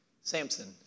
Samson